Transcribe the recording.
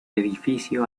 edificio